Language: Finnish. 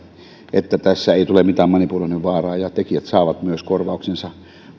että tässä ei tule mitään manipuloinnin vaaraa ja että tekijät saavat myös korvauksensa